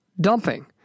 dumping